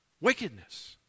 wickedness